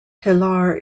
pilar